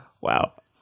wow